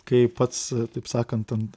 kai pats taip sakant ant